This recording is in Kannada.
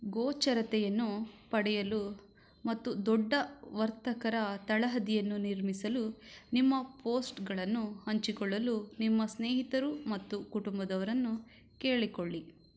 ಗೋಚರತೆಯನ್ನು ಪಡೆಯಲು ಮತ್ತು ದೊಡ್ಡ ವರ್ತಕರ ತಳಹದಿಯನ್ನು ನಿರ್ಮಿಸಲು ನಿಮ್ಮ ಪೋಸ್ಟ್ಗಳನ್ನು ಹಂಚಿಕೊಳ್ಳಲು ನಿಮ್ಮ ಸ್ನೇಹಿತರು ಮತ್ತು ಕುಟುಂಬದವರನ್ನು ಕೇಳಿಕೊಳ್ಳಿ